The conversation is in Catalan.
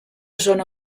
zona